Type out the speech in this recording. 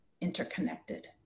interconnected